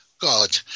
God